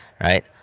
right